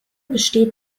besteht